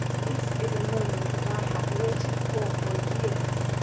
this is a moment that i have waited for for years.